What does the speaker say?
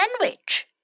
sandwich